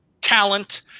talent